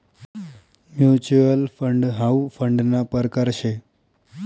mutual fund हाउ फंडना परकार शे